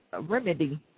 remedy